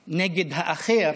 נגד האחר,